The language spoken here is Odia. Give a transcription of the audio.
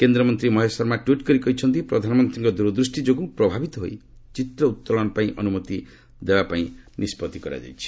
କେନ୍ଦ୍ରମନ୍ତ୍ରୀ ମହେଶ ଶର୍ମା ଟ୍ୱିଟ୍ କରି କହିଛନ୍ତି ଯେ ପ୍ରଧାନମନ୍ତ୍ରୀଙ୍କ ଦୂରଦୃଷ୍ଟି ଯୋଗୁଁ ପ୍ରଭାବିତ ହୋଇ ଚିତ୍ର ଉତ୍ତୋଳନ ପାଇଁ ଅନୁମତି ଦିଆଯିବାକୁ ନିଷ୍ପତ୍ତି ହୋଇଛି